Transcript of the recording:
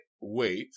wait